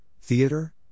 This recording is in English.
theater